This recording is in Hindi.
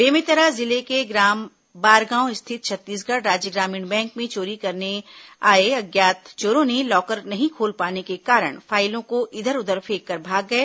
बेमेतरा जिले के ग्राम बारगांव स्थित छत्तीसगढ़ राज्य ग्रामीण बैंक में चोरी करने आए अज्ञात चोरों ने लॉकर नहीं खोल पाने के कारण फाइलों को इधर उधर फेंककर भाग गए